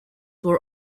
were